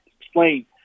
explain